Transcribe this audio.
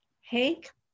Hank